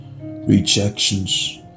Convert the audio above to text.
rejections